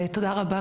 תודה רבה,